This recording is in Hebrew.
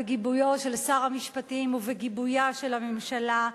בגיבויו של שר המשפטים ובגיבויה של הממשלה,